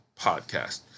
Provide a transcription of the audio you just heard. podcast